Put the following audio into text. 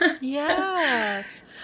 yes